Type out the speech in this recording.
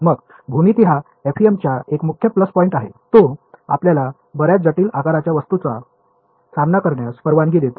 मग भूमिती हा FEM चा एक मुख्य प्लस पॉईंट आहे तो आपल्याला बर्याच जटिल आकाराच्या वस्तूंचा सामना करण्यास परवानगी देतो